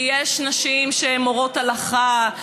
ויש נשים שהן מורות הלכה,